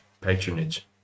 patronage